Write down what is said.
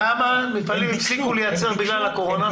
כמה מפעלים הפסיקו לייצר בגלל הקורונה?